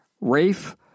Rafe